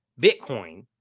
Bitcoin